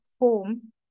home